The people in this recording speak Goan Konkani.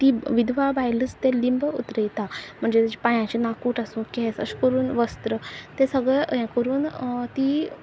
ती विधवा भायलच तें लिंब उतरयता म्हणजे पांयांचे नाकूट आसूं केस अशें करून वस्त्र ते सगळे हें करून ती